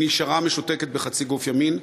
היא נשארה משותקת בחצי גוף ימין.